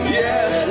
yes